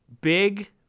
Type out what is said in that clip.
big